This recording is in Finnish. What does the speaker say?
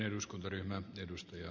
herra puhemies